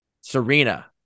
Serena